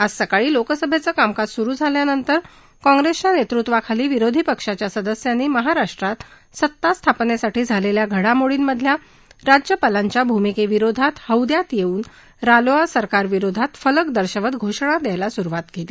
आज सकाळी लोकसभेच कामकाज सुरु झाल्यानंतर काँप्रेसच्या नेतृत्वाखाली विरोधी पक्षांच्या सदस्यांनी महाराष्ट्रात सत्तास्थापनेसाठी झालेल्या घडामोडींमधल्या राज्यपालांच्या भूमिकेविरोधात हौद्यात येऊन रालोआ सरकारविरोधात फलक दर्शवत घोषणा द्यायला सुरुवात केली